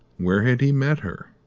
where had he met her?